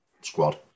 squad